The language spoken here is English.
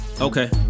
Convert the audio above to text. Okay